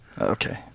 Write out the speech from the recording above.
Okay